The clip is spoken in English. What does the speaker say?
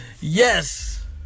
Yes